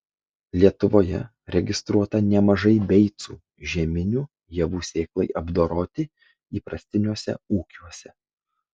lietuvoje registruota nemažai beicų žieminių javų sėklai apdoroti įprastiniuose ūkiuose